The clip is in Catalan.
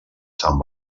sant